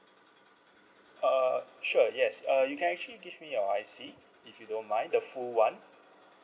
uh sure yes uh you can actually give me your I_C if you don't mind the full one